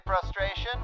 frustration